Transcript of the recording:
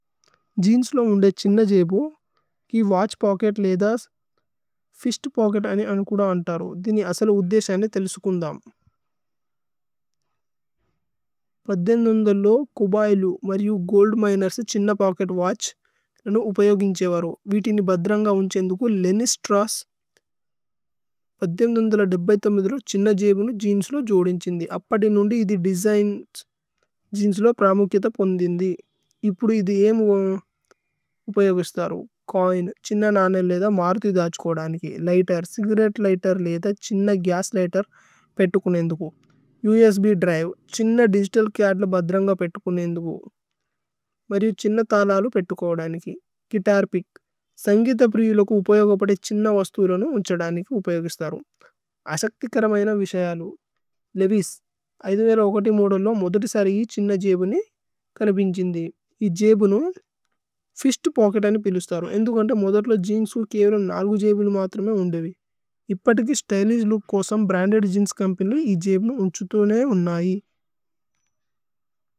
ജേഅന്സ്ലോ ഉന്ദേ ഛിന്ന ജേബു കി വത്ഛ് പോച്കേത് ലേധ। ഫിസ്ത് പോച്കേത് അനു കുദ അന്ന്തരു ദിനി അസല് ഉധേസ। നേ തേലുസുകുന്ദമ് ലോ കോബയ്ലു മര്യു ഗോല്ദ് മിനേര്സ്। ഛിന്ന പോച്കേത് വത്ഛ് അനു ഉപയോഗിന്ഛവരു വീതിനി। ബദ്ദ്രന്ഗ ഉന്ഛന്ദുകു ലേന്ന്യ് സ്ത്രൌസ്സ് ലോ ഛിന്ന। ജേബുനു ജേഅന്സ്ലോ ജോദിന്ഛിന്ദി അപ്പതി നുന്ദി ഇധി। ദേസിഗ്ന് ജേഅന്സ്ലോ പ്രമുഖിത പോന്ധിന്ദി। കോഇന് ഛിന്ന നനൈ ലേധ മരുഥി। ദഛുകോദനികി ലിഘ്തേര് ചിഗരേത്തേ ലിഘ്തേര് ലേധ। ഛിന്ന ഗസ് ലിഘ്തേര് പേത്തുകുനേന്ദുഗു ഉസ്ബ് ദ്രിവേ। ഛിന്ന ദിഗിതല് ചര്ദ്സ് ബദ്ദ്രന്ഗ പേത്തുകുനേന്ദുഗു। മര്യു ഛിന്ന തലലു പേത്തുകോദനികി ഗുഇതര് പിച്ക്। സന്ഗിത പ്രീലുകു ഉപയഗുപദേ ഛിന്ന വസ്തൂലനു। ഉന്ഛന്ദനികി ഉപയോഗിസ്ഥരു അസക്തികരമയന। വിസയലു ലേവിസ് മോദേല് ലോ മോദ്ദതി സരി ഛിന്ന। ജേബുനി കനബിന്ഛിന്ദി ജേബുനു ഫിസ്ത് പോച്കേത് അനു। പീലുസ്ഥരു ഇന്ദുകോന്ദേ മോദ്ദതി ലോ ജേഅന്സ്ലോ। കേവരമ് ജേബുലു മത്രമി ഉന്ദവി ഇപ്പതികി। സ്ത്യ്ലിശ് ലൂക് കോസമ് ബ്രന്ദേദ് ജേഅന്സ് ചോമ്പന്യ്। ജേബുനു ഉന്ഛുഥുനേ ഉന്നയി